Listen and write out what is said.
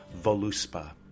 Voluspa